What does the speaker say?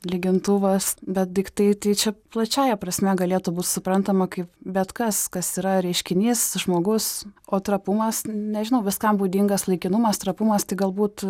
lygintuvas bet daiktai tai čia plačiąja prasme galėtų būt suprantama kaip bet kas kas yra reiškinys žmogus o trapumas nežinau viskam būdingas laikinumas trapumas tai galbūt